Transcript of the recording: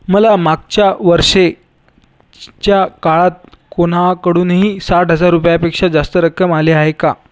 मला मागच्या वर्षाच्या काळात कोणाकडूनही साठ हजार रुपयापेक्षा जास्त रक्कम आली आहे का